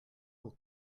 will